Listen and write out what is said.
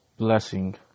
Blessing